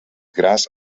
gras